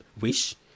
wish